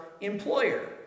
employer